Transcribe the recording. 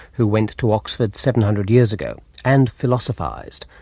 who went to oxford seven hundred years ago and philosophized,